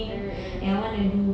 mm mm mm